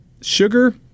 Sugar